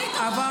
אין צורך.